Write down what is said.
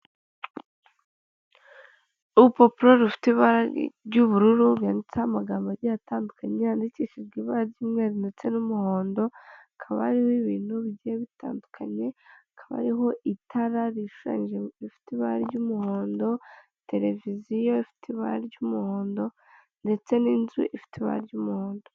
Urupapuro rufite ibara ry'ubururu rwanditseho amagambo agiye atandukanye, yandikishijwe ibara ry'umweru ndetse n'umuhondo. Hakaba hariho ibintu bigiye bitandukanye; hakaba hariho itara rishushanyije rifite ibara ry'umuhondo, televiziyo ifite ibara ry'umuhondo, ndetse n'inzu ifite ibara ry'umuhondo.